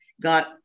got